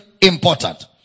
important